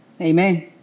Amen